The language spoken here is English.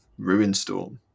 Ruinstorm